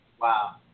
Wow